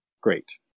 Great